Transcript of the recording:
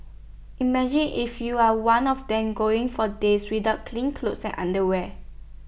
imagine if you are one of them going for days without clean clothes and underwear